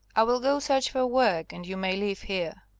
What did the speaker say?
i will go search for work, and you may live here.